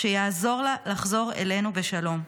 שיעזור לה לחזור אלינו בשלום.